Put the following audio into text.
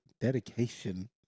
Dedication